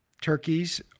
turkeys